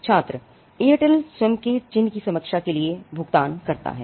छात्र एयरटेल स्वयं के चिह्न की समीक्षा के लिए भुगतान करता है